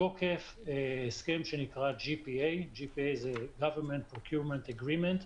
מתוקף הסכם שנקרא GPA שזהGovernment Procurement Agreement.